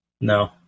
No